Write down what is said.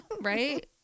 Right